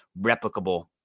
replicable